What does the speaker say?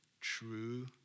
true